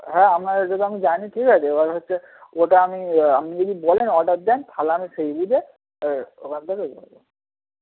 হ্যাঁ আপনারটা তো আমি জানি ঠিক আছে এবার হচ্ছে ওটা আমি আপনি যদি বলেন অর্ডার দেন তাহলে আমি সেই বুঝে